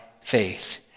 faith